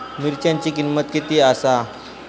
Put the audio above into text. मिरच्यांची किंमत किती आसा?